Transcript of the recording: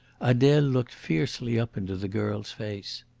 adele looked fiercely up into the girl's face.